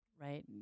right